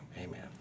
amen